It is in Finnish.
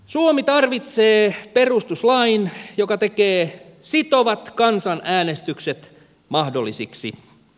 suomi tarvitsee perustuslain joka tekee sitovat kansanäänestykset mahdollisiksi